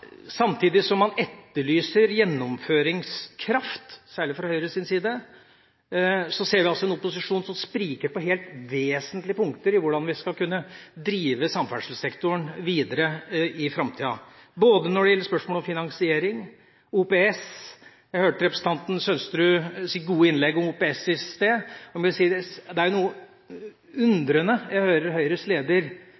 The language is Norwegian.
Samtidig som man etterlyser gjennomføringskraft – særlig fra Høyres side – ser vi en opposisjon som spriker på helt vesentlige punkter med hensyn til hvordan samferdselssektoren skal drives videre i framtida, når det gjelder spørsmålet om finansiering, OPS. Jeg hørte representanten Sønsteruds gode innlegg om OPS i stad, og det er med noe